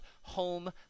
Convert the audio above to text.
home